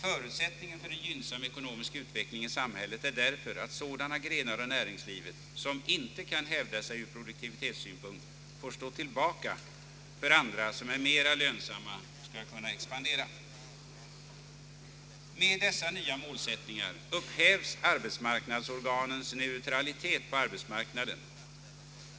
Förutsättningen för en gynnsam ekonomisk utveckling i samhället är därför att sådana grenar av näringslivet som inte kan hävda sig ur produktivitetssynpunkt får stå tillbaka för att andra som är mera lönsamma skall kunna expandera.» Med dessa nya målsättningar upphävs arbetsmarknadsorganens neutralitet på arbetsmarknaden.